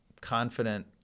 confident